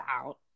out